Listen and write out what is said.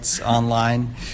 online